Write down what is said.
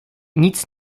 nic